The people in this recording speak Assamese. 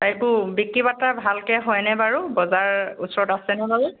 এইবোৰ বিক্ৰী বাট্টা ভালকৈ হয়নে বাৰু বজাৰ ওচৰত আছেনে বাৰু